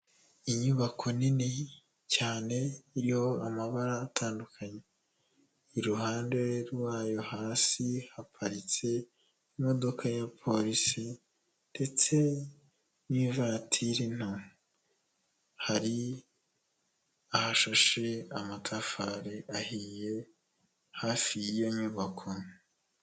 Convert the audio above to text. Inyubako nini cyane iriho amabara atandukanye, iruhande rwayo hasi haparitse imodoka ya polisi ndetse n'ivatiri nto, hari ahashashe amatafari ahiye hafi y'iyo nyubako.